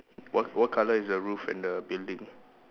what what colour is the roof and the building